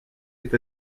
est